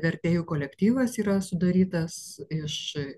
vertėjų kolektyvas yra sudarytas iš